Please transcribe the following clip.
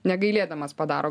negailėdamas padaro